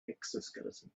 exoskeleton